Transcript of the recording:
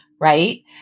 Right